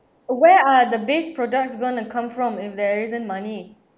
where are the base products gonna come from if there isn't money